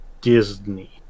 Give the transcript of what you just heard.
Disney